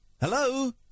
Hello